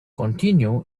continue